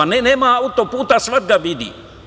Ne, nema auto-puta, a svako ga vidi.